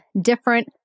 different